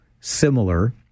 similar